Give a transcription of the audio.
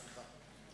להגנת הסביבה, סליחה.